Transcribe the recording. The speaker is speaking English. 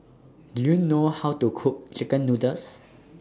Do YOU know How to Cook Chicken Noodles